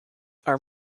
are